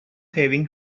having